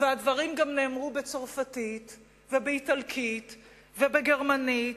והדברים נאמרו גם בצרפתית ובאיטלקית ובגרמנית,